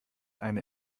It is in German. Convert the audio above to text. eine